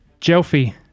Jelfie